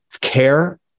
care